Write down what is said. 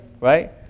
right